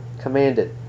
commanded